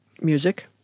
music